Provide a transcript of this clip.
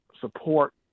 support